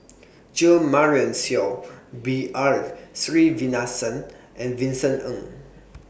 Jo Marion Seow B R Sreenivasan and Vincent Ng